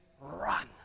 run